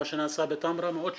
מה שנעשה בתמרה מאוד שונה.